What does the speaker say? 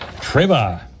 Trevor